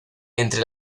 entre